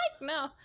no